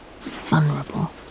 vulnerable